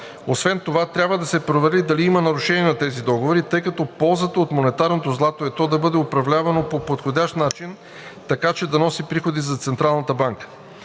Освен това трябва да се провери дали има нарушения по тези договори, тъй като ползата от монетарното злато е то да бъде управлявано по подходящ начин, така че да носи приходи за Централната банка.